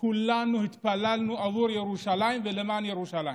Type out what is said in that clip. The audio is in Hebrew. כולנו התפללנו עבור ירושלים ולמען ירושלים.